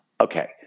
okay